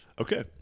okay